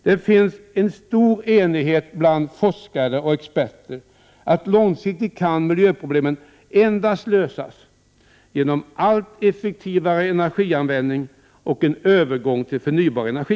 Det finns en stor enighet bland forskare och experter om att långsiktigt kan miljöproblemen lösas endast genom allt effektivare energianvändning och en övergång till förnybar energi.